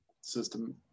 system